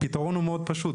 הפתרון הוא מאוד פשוט,